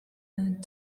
and